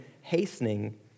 hastening